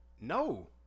No